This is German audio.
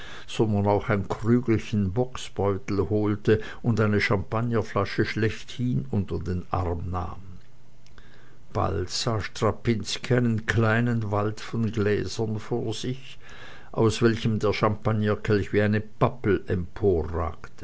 sondern auch ein krügelchen bocksbeutel holte und eine champagnerflasche schlechthin unter den arm nahm bald sah strapinski einen kleinen wald von gläsern vor sich aus welchem der champagnerkelch wie eine